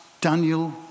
Daniel